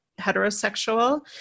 heterosexual